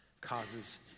causes